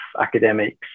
academics